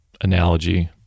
analogy